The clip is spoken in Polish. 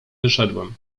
wyszedłem